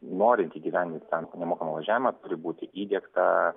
norint įgyvendinti ten nemokamą važiavimą turi būti įdiegta